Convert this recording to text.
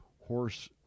horse